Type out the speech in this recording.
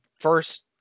first